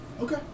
Okay